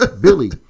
Billy